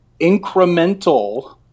incremental